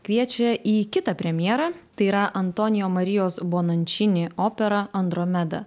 kviečia į kitą premjerą tai yra antonijo marijos bonanšini opera andromeda